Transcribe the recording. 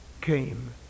came